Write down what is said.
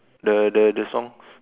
the the the songs